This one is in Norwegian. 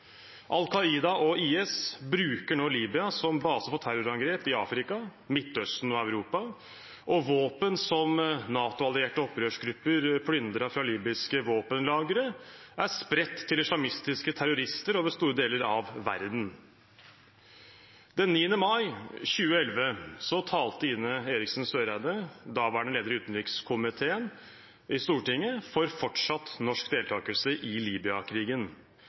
og IS bruker nå Libya som base for terrorangrep i Afrika, Midtøsten og Europa, og våpen som NATO-allierte opprørsgrupper plyndret fra libyske våpenlagre, er spredt til islamistiske terrorister over store deler av verden. Den 9. mai 2011 talte Ine M. Eriksen Søreide, daværende leder av utenriks- og forsvarskomiteen, i Stortinget for fortsatt norsk deltakelse i